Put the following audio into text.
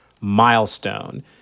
milestone